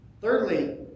Thirdly